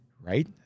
right